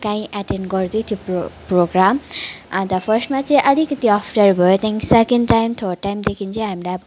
कहीँ एटेन्ड गर्दै थियो प्रो प्रोग्राम अन्त फर्स्टमा चाहिँ अलिकति अप्ठ्यारो भयो त्यहाँदेखि सेकेन्ड टाइम थर्ड टाइमदेखि चाहिँ हामीलाई अब